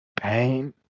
Pain